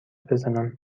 بزنم